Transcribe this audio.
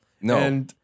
No